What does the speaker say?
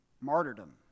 martyrdom